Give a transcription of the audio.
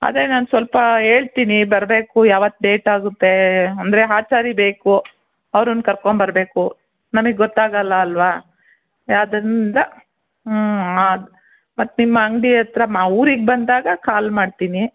ಅದೇ ನಾನು ಸ್ವಲ್ಪ ಹೇಳ್ತೀನಿ ಬರಬೇಕು ಯಾವತ್ತು ಡೇಟಾಗುತ್ತೆ ಅಂದರೆ ಆಚಾರಿ ಬೇಕು ಅವ್ರನ್ನ ಕರ್ಕೊಂಬಬರಬೇಕು ನಮಿಗೆ ಗೊತ್ತಾಗೊಲ್ಲ ಅಲ್ವಾ ಯಾವ್ದ್ರಿಂದ ಮತ್ತು ನಿಮ್ಮ ಅಂಗಡಿ ಹತ್ರ ಮಾ ಊರಿಗೆ ಬಂದಾಗ ಕಾಲ್ ಮಾಡ್ತೀನಿ